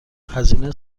هزینه